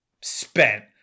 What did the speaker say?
spent